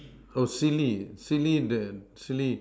oh silly silly the silly